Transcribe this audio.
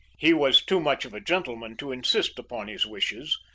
he was too much of a gentleman to insist upon his wishes,